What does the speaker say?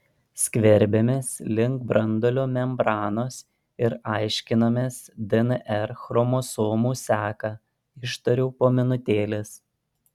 skverbiamės link branduolio membranos ir aiškinamės dnr chromosomų seką ištariau po minutėlės